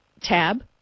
tab